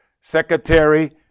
secretary